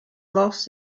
loss